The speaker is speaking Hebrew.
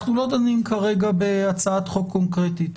אנחנו לא דנים כרגע בהצעת חוק קונקרטית,